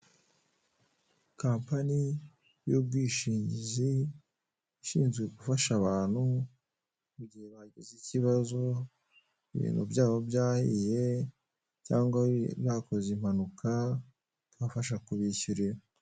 Company y'ubwishingizi ishinzwe gufasha abantu mu gihe bagize ikibazo ibintu byabo byahiye cyangwa bakoze impanuka babafasha kubishyurira.